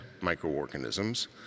microorganisms